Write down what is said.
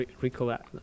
recollect